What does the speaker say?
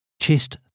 chest